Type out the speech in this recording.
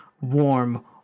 Warm